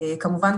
כמובן,